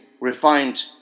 refined